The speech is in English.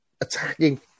attacking